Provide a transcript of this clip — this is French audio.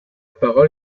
parole